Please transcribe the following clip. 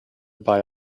buy